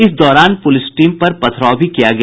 इस दौरान police team पर पथराव भी किया गया